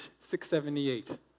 678